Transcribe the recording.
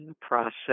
process